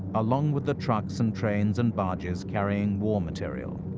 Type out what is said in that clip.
along with the trucks and trains and barges carrying war material.